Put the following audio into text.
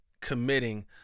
committing